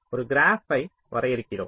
ஒரு கிராப்பை த்தை வரையறுக்கிறோம்